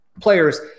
players